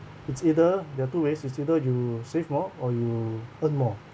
it's either there are two ways it's either you save more or you earn more